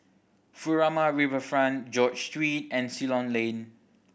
Furama Riverfront George Street and Ceylon Lane